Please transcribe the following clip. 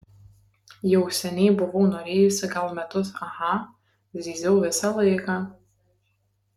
jau seniai buvau norėjusi gal metus aha zyziau visą laiką